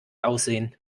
aussehen